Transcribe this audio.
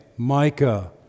Micah